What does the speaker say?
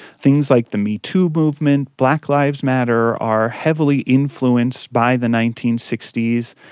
things like the metoo movement black lives matter are heavily influenced by the nineteen sixty s.